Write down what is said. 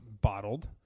bottled